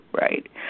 right